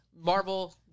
Marvel